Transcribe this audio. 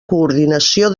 coordinació